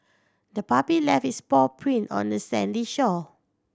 the puppy left its paw print on the sandy shore